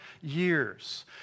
years